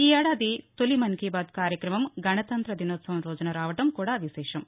ఈ ఏడాది తొలి మన్ కీ బాత్ కార్యక్రమం గణతంత్ర దినోత్సవం రోజున రావడం కూడా విశేషం